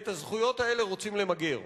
ואת הזכויות האלה רוצים למגר.